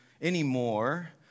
anymore